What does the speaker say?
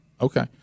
Okay